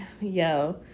Yo